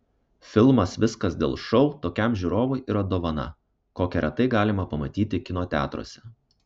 filmas viskas dėl šou tokiam žiūrovui yra dovana kokią retai galima pamatyti kino teatruose